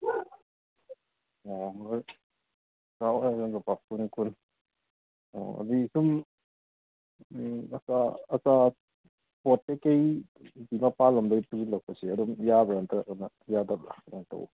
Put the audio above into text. ꯑꯣ ꯀꯥꯔ ꯑꯣꯏꯔꯒꯅ ꯂꯨꯄꯥ ꯀꯨꯟ ꯀꯨꯟ ꯑꯣ ꯑꯗꯨꯒꯤ ꯁꯨꯝ ꯎꯝ ꯑꯆꯥ ꯑꯆꯥꯄꯣꯠꯇꯤ ꯀꯩꯀꯩ ꯃꯄꯥꯟ ꯂꯣꯝꯗꯩ ꯄꯨꯁꯤꯜꯂꯛꯄꯁꯦ ꯑꯗꯨꯝ ꯌꯥꯕ꯭ꯔꯥ ꯅꯠꯇ꯭ꯔꯒꯅ ꯌꯥꯗꯕ꯭ꯔꯥ ꯀꯃꯥꯏ ꯇꯧꯕ